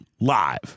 live